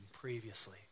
previously